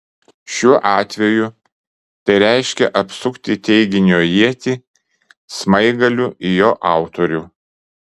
šiuo atveju tai reiškia apsukti teiginio ietį smaigaliu į jo autorių